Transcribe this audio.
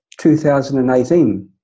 2018